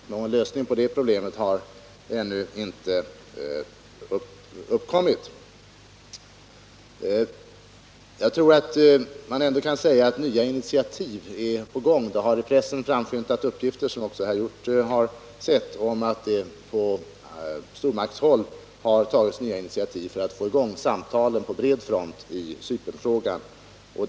Man har ännu inte kunnat komma fram till någon lösning på det problemet. Jag tror ändå att man kan säga att nya initiativ är på gång. Det har i pressen framskymtat uppgifter, som också herr Hjorth har sett, om att det från stormaktshåll tagits nya initiativ för att få i gång samtalen i Cypernfrågan på bred front.